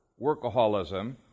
workaholism